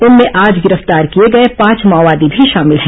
इनमें आज गिरफ्तार किए गए पांच माओवादी भी शामिल हैं